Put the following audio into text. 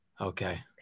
okay